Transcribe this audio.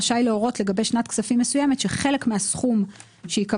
רשאי להורות לגבי שנת כספים מסוימת שחלק מהסכום שייקבע